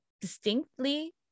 distinctly